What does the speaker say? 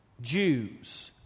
Jews